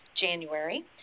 January